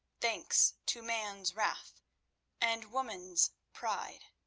thanks to man's wrath and woman's pride.